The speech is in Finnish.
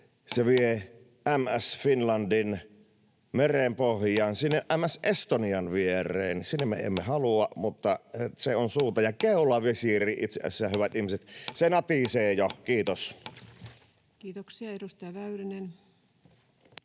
Se vie M/S Finlandin merenpohjaan, sinne M/S Estonian viereen. Sinne me emme halua, mutta se on suunta, ja keulavisiiri itse asiassa, hyvät ihmiset, natisee jo. — Kiitos. Kiitoksia. — Edustaja Väyrynen.